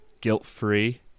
guilt-free